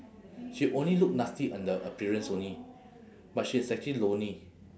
she only look nasty on the appearance only but she's actually lonely